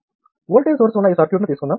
voltage source ఉన్న ఈ సర్క్యూట్ను తీసుకుందాం